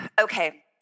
okay